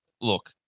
Look